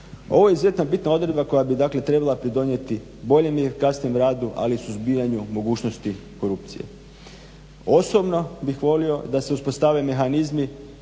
Ovo je izuzetno bitna odredba koja bi dakle trebala pridonijeti boljem i efikasnijem radu, ali i suzbijanju mogućnosti korupcije. Osobni bih volio da se uspostave mehanizmi